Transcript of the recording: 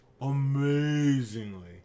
amazingly